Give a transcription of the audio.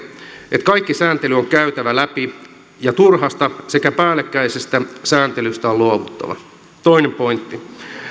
että kaikki sääntely on käytävä läpi ja turhasta sekä päällekkäisestä sääntelystä on luovuttava toinen pointti